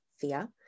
fear